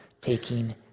Taking